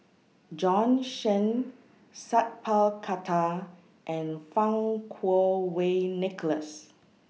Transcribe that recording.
Bjorn Shen Sat Pal Khattar and Fang Kuo Wei Nicholas